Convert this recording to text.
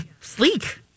sleek